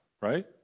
right